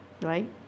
Right